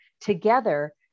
Together